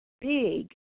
big